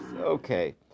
Okay